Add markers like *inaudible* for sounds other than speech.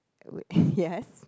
w~ *breath* yes